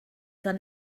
than